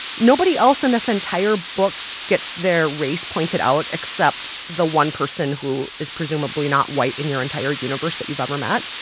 nobody else in this entire book gets their race pointed out except the one person who is presumably not white in your entire universe that you've ever met.